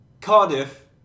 Cardiff